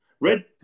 Red